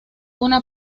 una